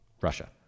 Russia